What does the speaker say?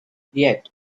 yet